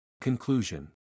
Conclusion